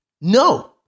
No